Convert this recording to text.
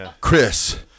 Chris